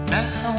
now